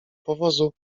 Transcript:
powozu